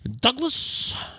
Douglas